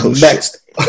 Next